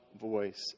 voice